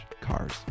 cars